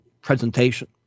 presentation